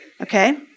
Okay